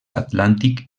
atlàntic